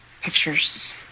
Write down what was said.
pictures